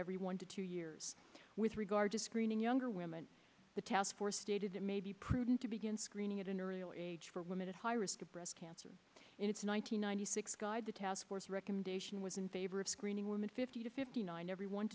everyone to two years with regard to screening younger women the task force stated it may be prudent to begin screening at an early age for women at high risk of breast cancer in its one thousand nine hundred six guide the task force recommendation was in favor of screening women fifty to fifty nine every one